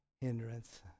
hindrance